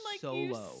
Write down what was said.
solo